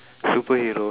superhero